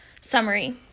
Summary